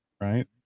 right